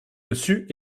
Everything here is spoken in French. dessus